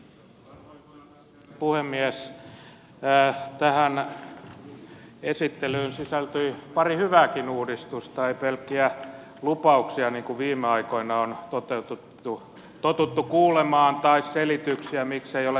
tähän esittelyyn sisältyi pari hyvääkin uudistusta ei pelkkiä lupauksia niin kuin viime aikoina on totuttu kuulemaan tai selityksiä miksei ole tapahtunut